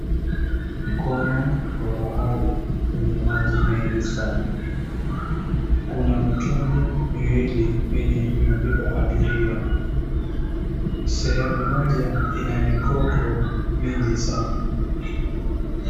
Mkono wa bahari wenye maji mengi sana. Kuna mitumbwi miwili yenye imebeba abiria. Sehemu moja ina mikoko mingi sana.